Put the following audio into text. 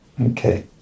Okay